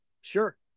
Sure